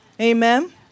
Amen